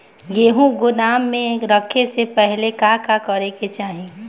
गेहु गोदाम मे रखे से पहिले का का करे के चाही?